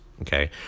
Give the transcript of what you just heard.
okay